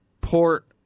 port